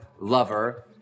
lover